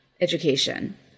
education